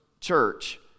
church